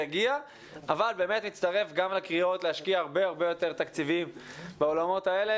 אבל אני מצטרף גם לקריאות להשקיע הרבה הרבה יותר תקציבים בעולמות האלה.